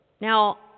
now